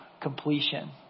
completion